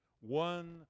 One